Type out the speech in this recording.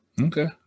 okay